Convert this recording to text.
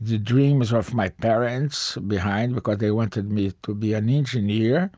the dreams of my parents behind because they wanted me to be an engineer.